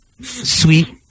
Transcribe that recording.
sweet